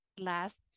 last